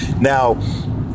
Now